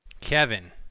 Kevin